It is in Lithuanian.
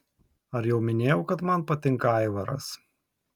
ar jau minėjau kad man patinka aivaras